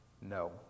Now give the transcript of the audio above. No